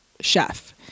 chef